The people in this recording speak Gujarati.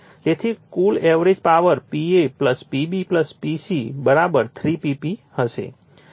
તેથી કુલ average power Pa Pb Pc 3 Pp હશે તેથી તે 3 Vp Ip cos હશે